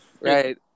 right